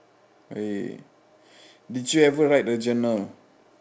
eh did you ever write a journal